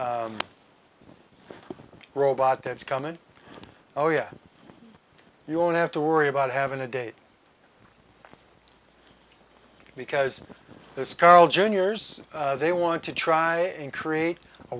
robot that's coming oh yeah you won't have to worry about having a date because there's carl juniors they want to try and create a